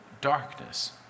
darkness